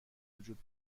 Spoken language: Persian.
وجود